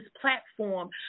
platform